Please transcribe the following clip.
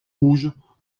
rouges